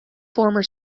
former